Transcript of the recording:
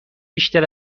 بیشتر